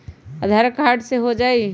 आधार card से हो जाइ?